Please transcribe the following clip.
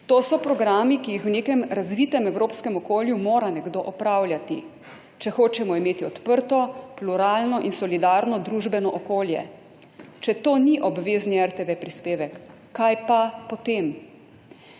To so programi, ki jih v nekem razvitem evropskem okolju mora nekdo opravljati, če hočemo imeti odprto, pluralno in solidarno družbeno okolje. Če to ni obvezni RTV prispevek, kaj pa potem?